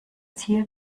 tier